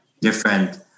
different